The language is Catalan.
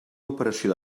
operació